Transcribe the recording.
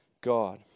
God